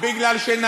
אנחנו אומרים.